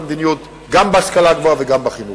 המדיניות גם בהשכלה הגבוהה וגם בחינוך.